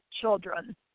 children